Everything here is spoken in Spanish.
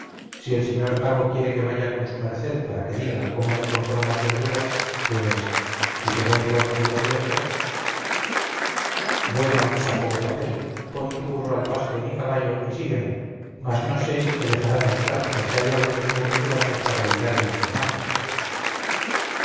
si el señor cabo quiere que vaya con su merced para que diga cómo me compró las verduras pues y que voy por hierro viejo bueno saco de papel pon tu burro al paso de mi caballo y sígueme mas no sé si te dejarán entrar porque hay órdenes muy rigurosas para evitar el espionaje